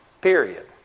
Period